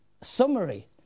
summary